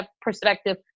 perspective